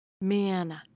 man